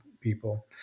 people